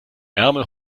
ärmel